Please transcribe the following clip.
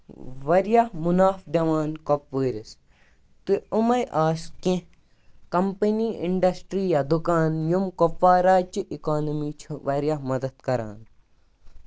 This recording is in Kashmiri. واریاہ مُنافہٕ دِوان کۄپوٲرِس تہٕ یٕمے آسہٕ کیٚنہہ کَمپٔنی اِنڈسڑی یا دُکان یِم کۄپواراچہِ اِکونمی چھِ واریاہ مدد کران